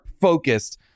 focused